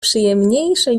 przyjemniejsze